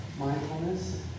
mindfulness